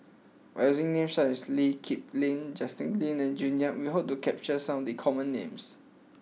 by using names such as Lee Kip Lin Justin Lean and June Yap we hope to capture some of the common names